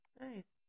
nice